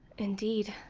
indeed.